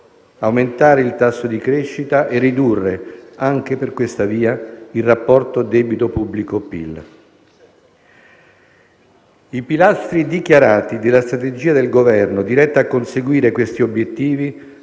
aumentare il tasso di crescita e ridurre, anche per questa via, il rapporto debito pubblico-PIL. I pilastri dichiarati della strategia del Governo diretta a conseguire questi obiettivi